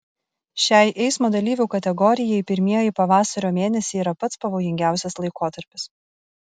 šiai eismo dalyvių kategorijai pirmieji pavasario mėnesiai yra pats pavojingiausias laikotarpis